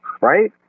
right